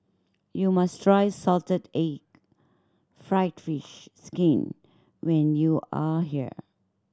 you must try salted egg fried fish skin when you are here